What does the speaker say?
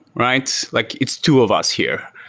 right? like it's two of us here.